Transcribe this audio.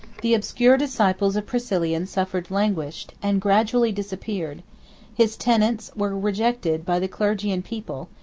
the obscure disciples of priscillian suffered languished, and gradually disappeared his tenets were rejected by the clergy and people,